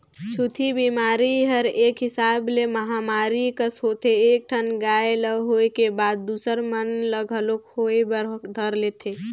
छूतही बेमारी हर एक हिसाब ले महामारी कस होथे एक ठन गाय ल होय के बाद दूसर मन ल घलोक होय बर धर लेथे